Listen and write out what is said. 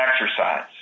exercise